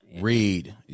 read